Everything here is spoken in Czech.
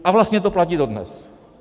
A vlastně to platí dodnes.